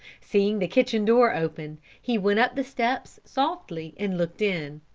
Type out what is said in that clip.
seeing the kitchen door open, he went up the steps softly and looked in.